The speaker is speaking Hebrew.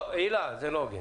הילה, זה לא הוגן.